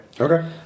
Okay